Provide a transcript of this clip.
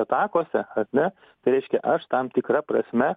atakose ar ne reiškia aš tam tikra prasme